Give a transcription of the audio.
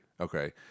Okay